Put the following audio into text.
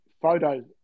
photos